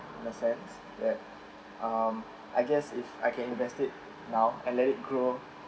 in that sense that um I guess if I can invest it now and then it grow